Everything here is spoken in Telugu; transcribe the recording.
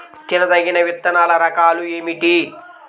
తినదగిన విత్తనాల రకాలు ఏమిటి?